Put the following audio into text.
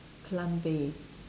plant based